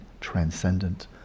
transcendent